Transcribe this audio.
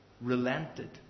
relented